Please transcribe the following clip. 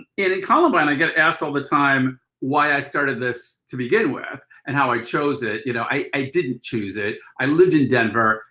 in columbine, i get asked all the time why i started this to begin with, and how i chose it, you know. i didn't choose it. i lived in denver.